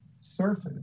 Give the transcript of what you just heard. surface